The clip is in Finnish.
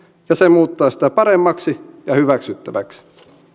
ja se muuttaa sitä paremmaksi ja hyväksyttäväksi